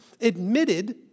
admitted